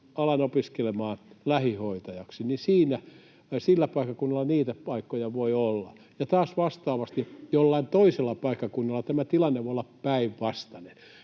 alan opiskelemaan lähihoitajaksi”, koska sillä paikkakunnalla niitä paikkoja voi olla. Taas vastaavasti jollain toisella paikkakunnalla tämä tilanne voi olla päinvastainen.